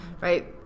right